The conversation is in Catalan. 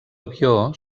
avió